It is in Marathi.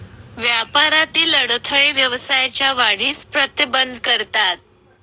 व्यापारातील अडथळे व्यवसायाच्या वाढीस प्रतिबंध करतात